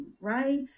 right